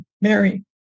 Mary